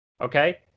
Okay